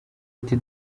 ati